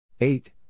Eight